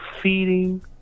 feeding